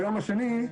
ביום השני,